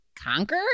conquer